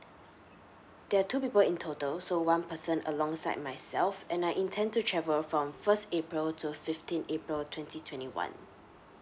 there are two people in total so one person alongside myself and I intend to travel from first april to fifteen april twenty twenty one